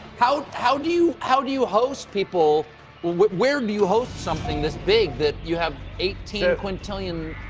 how how do you how do you host people where do you host something this big that you have eighteen quintillion